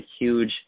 huge